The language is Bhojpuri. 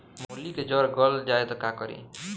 मूली के जर गल जाए त का करी?